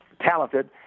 talented